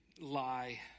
lie